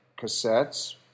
cassettes